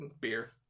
Beer